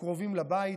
הקרובים לבית,